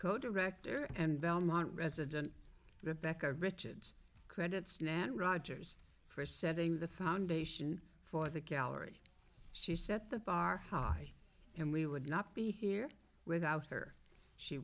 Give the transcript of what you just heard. co director and belmont resident the becca richards credits nan rogers for setting the foundation for the gallery she set the bar high and we would not be here without her she